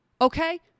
Okay